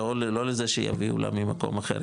לא לזה שיביאו לה ממקום אחר,